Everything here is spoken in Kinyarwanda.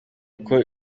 uko